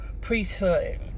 priesthood